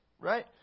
right